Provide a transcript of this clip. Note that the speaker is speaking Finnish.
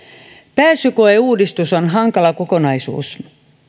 pääsykoeuudistus on hankala kokonaisuus